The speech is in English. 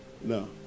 No